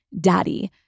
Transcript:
daddy